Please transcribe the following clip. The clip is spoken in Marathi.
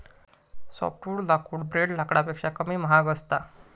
सोफ्टवुड लाकूड ब्रेड लाकडापेक्षा कमी महाग असता